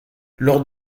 lors